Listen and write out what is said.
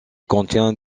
contient